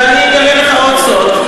ואני אגלה לך עוד סוד,